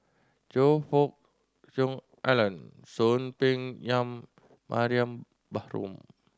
Choe Fook Cheong Alan Soon Peng Yam Mariam Baharom